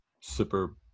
super